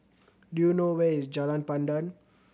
do you know where is Jalan Pandan